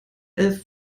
elf